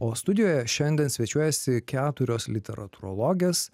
o studijoje šiandien svečiuojasi keturios literatūrologės